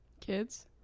Kids